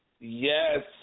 Yes